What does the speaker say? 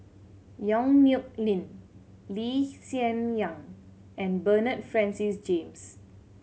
Yong Nyuk Lin Lee Hsien Yang and Bernard Francis James